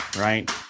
right